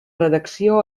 redacció